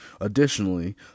additionally